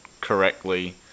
correctly